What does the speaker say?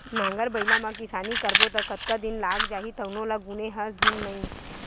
नांगर बइला म किसानी करबो त कतका दिन लाग जही तउनो ल गुने हस धुन नइ